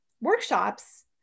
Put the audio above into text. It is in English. workshops